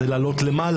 זה לעלות למעלה.